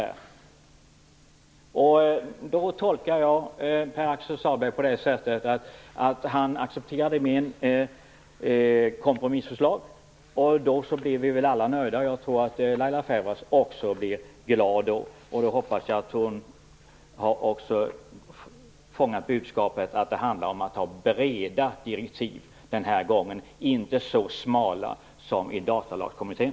Jag tolkar Pär-Axel Sahlberg som att han accepterade mitt kompromissförslag. Då blir vi nog alla nöjda. Jag tror att Laila Freivalds också blir glad. Jag hoppas att hon också har fångat budskapet att det handlar om breda direktiv den här gången och inte så smala direktiv som i Datalagskommittén.